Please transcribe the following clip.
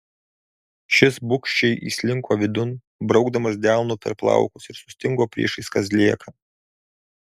šis bugščiai įslinko vidun braukdamas delnu per plaukus ir sustingo priešais kazlėką